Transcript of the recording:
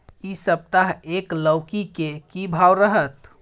इ सप्ताह एक लौकी के की भाव रहत?